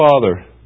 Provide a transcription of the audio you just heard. Father